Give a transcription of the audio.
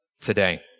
today